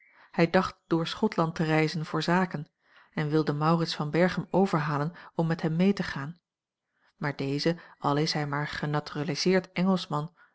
hij dacht door schotland te reizen voor zaken en wilde maurits van berchem overhalen om met hem mee te gaan maar deze al is hij maar genaturaliseerd engelschman